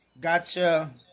Gotcha